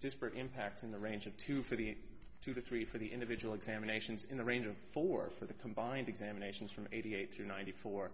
disparate impact in the range of two for the two the three for the individual examinations in the range of four for the combined examinations from eighty eight to ninety four